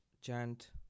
chant